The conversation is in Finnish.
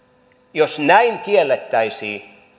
jos näin kiellettäisiin